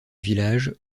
village